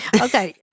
Okay